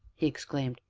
he exclaimed,